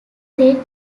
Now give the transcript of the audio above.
red